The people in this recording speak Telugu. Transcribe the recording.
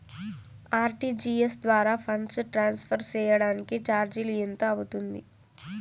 ఆర్.టి.జి.ఎస్ ద్వారా ఫండ్స్ ట్రాన్స్ఫర్ సేయడానికి చార్జీలు ఎంత అవుతుంది